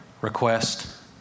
request